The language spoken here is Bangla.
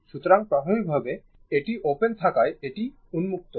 সুতরাং প্রাথমিকভাবে এটি ওপেন থাকায় এটি উন্মুক্ত